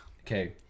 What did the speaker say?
Okay